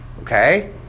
Okay